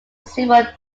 civil